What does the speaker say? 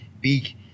big